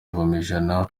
ngomijana